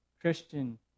Christian